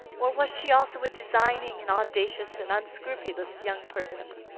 or was she also a designing, an audacious, an unscrupulous young person?